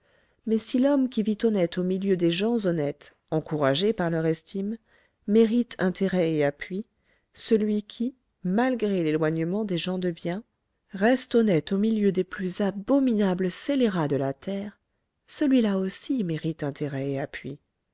mais si l'homme qui vit honnête au milieu des gens honnêtes encouragé par leur estime mérite intérêt et appui celui qui malgré l'éloignement des gens de bien reste honnête au milieu des plus abominables scélérats de la terre celui-là aussi mérite intérêt et appui